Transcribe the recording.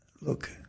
look